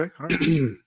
Okay